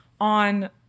on